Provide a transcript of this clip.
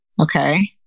Okay